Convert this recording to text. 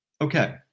Okay